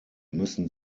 müssen